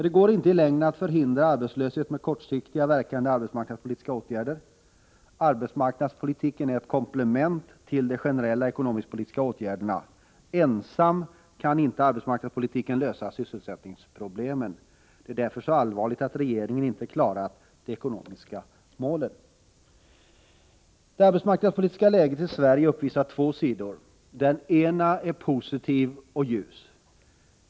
Det går inte att i längden förhindra arbetslöshet med kortsiktigt verkande arbetsmarknadspolitiska åtgärder. Arbetsmarknadspolitiken är ett komplement till de generella ekonomisk-politiska åtgärderna. Ensam kan inte arbetsmarknadspolitiken lösa sysselsättningsproblemen. Det är därför så allvarligt att regeringen inte har klarat de ekonomiska målen. Det arbetsmarknadspolitiska läget i Sverige uppvisar två sidor: Den ena sidan är positiv och ljus.